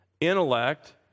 intellect